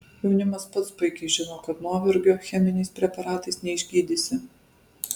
jaunimas pats puikiai žino kad nuovargio cheminiais preparatais neišgydysi